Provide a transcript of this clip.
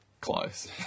close